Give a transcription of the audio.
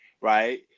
right